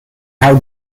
how